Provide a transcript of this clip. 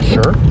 Sure